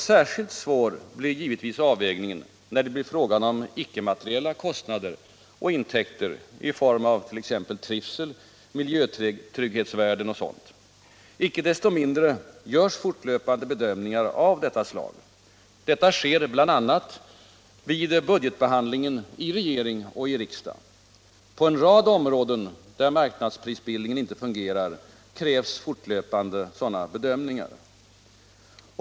Särskilt svår blir givetvis avvägningen när det blir fråga om icke-materiella kostnader och intäkter i form av t.ex. trivsel-, miljö-, trygghetsvärden osv. Icke desto mindre görs fortlöpande bedömningar av detta slag. Det sker bl.a. vid budgetbehandlingen i regering och riksdag. På en rad områden, där marknadsprisbildningen inte fungerar, krävs fortlöpande sådana bedömningar.